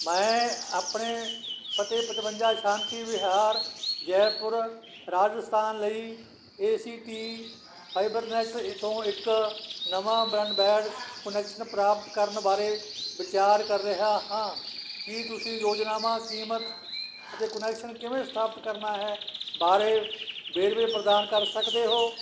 ਮੈਂ ਆਪਣੇ ਪਤੇ ਪਚਵੰਜਾ ਸ਼ਾਂਤੀ ਵਿਹਾਰ ਜੈਪੁਰ ਰਾਜਸਥਾਨ ਲਈ ਏ ਸੀ ਟੀ ਫਾਈਬਰਨੈੱਟ ਤੋਂ ਇੱਕ ਨਵਾਂ ਬ੍ਰਾਡਬੈਂਡ ਕੁਨੈਕਸ਼ਨ ਪ੍ਰਾਪਤ ਕਰਨ ਬਾਰੇ ਵਿਚਾਰ ਕਰ ਰਿਹਾ ਹਾਂ ਕੀ ਤੁਸੀਂ ਯੋਜਨਾਵਾਂ ਕੀਮਤ ਅਤੇ ਕੁਨੈਕਸ਼ਨ ਕਿਵੇਂ ਸਥਾਪਤ ਕਰਨਾ ਹੈ ਬਾਰੇ ਵੇਰਵੇ ਪ੍ਰਦਾਨ ਕਰ ਸਕਦੇ ਹੋ